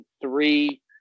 three